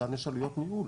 יש עלויות ניהול,